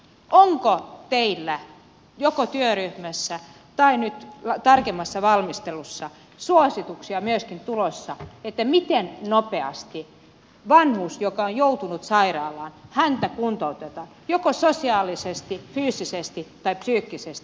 onko teillä joko työryhmässä tai nyt tarkemmassa valmistelussa suosituksia tulossa siitä miten nopeasti vanhusta joka on joutunut sairaalaan kuntoutetaan joko sosiaalisesti fyysisesti tai psyykkisesti